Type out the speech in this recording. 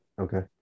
Okay